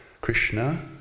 Krishna